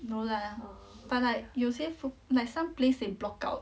no lah but like 有些 food like some place they block out